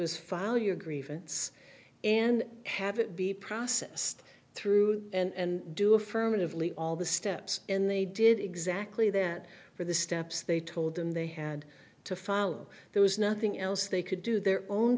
is file your grievance and have it be processed through and do affirmatively all the steps in they did exactly that for the steps they told them they had to follow there was nothing else they could do their own